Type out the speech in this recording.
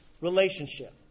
relationship